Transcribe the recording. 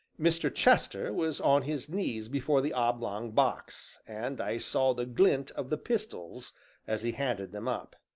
mr. chester was on his knees before the oblong box, and i saw the glint of the pistols as he handed them up.